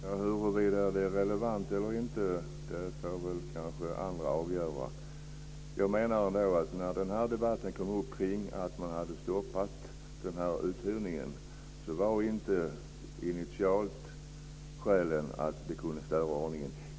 Herr talman! Huruvida det är relevant eller inte får kanske andra avgöra. Jag menar ändå att debatten om att man hade stoppat uthyrningen togs upp därför att skälen initialt inte var att det kunde störa ordningen.